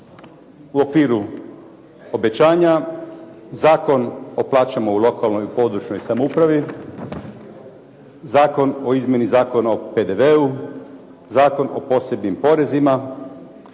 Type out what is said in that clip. u okviru obećanja Zakon o plaćama u lokalnoj i područnoj samoupravi, Zakon o izmjeni Zakona o PDV-u, Zakon o posebnim porezima,